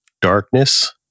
darkness